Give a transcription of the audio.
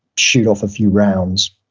shoot off a few rounds,